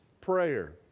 prayer